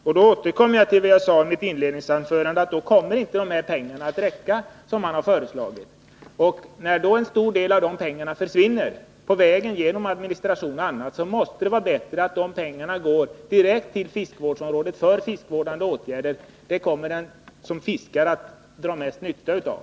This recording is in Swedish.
Jag återkommer till det som jag sade i mitt inledningsanförande, nämligen att de pengar som socialdemokraterna föreslagit inte skulle räcka. En stor del av dessa pengar försvinner på vägen i administration och annat. Då måste det vara bättre att dessa pengar går direkt till fiskevårdsområdet för fiskevårdande åtgärder. Det kommer man som fiskare att ha mest nytta av.